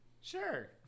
Sure